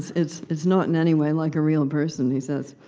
it's it's not in any way like a real and person, he says.